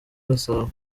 gasabo